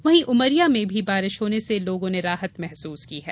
वहीं उमरिया में भी बारिश होने से लोगों ने राहत महसूस की है